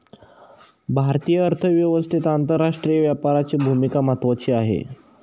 भारतीय अर्थव्यवस्थेत आंतरराष्ट्रीय व्यापाराची भूमिका महत्त्वाची आहे